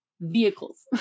vehicles